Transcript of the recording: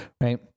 right